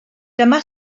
dyma